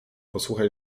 posłuchaj